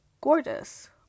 gorgeous